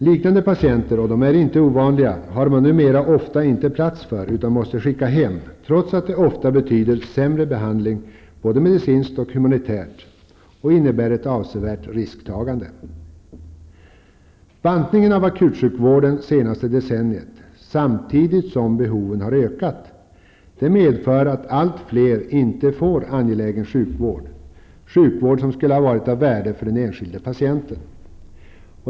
Liknande patienter, och de är inte ovanliga, har man numera ofta inte plats för, utan måste skicka hem, trots att det ofta betyder sämre behandling både medicinskt och humanitärt. Det innebär också ett avsevärt risktagande. Bantningen av akutsjukvården det senaste decenniet, samtidigt som behoven har ökat, medför att allt fler inte får angelägen sjukvård, sjukvård som skulle ha varit av värde för den enskilde patienten.